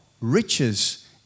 riches